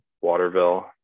Waterville